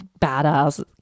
badass